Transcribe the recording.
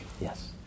Yes